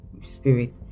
spirit